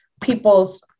people's